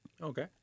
Okay